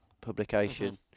publication